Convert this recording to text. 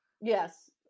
Yes